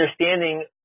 understanding